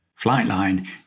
Flightline